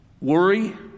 Worry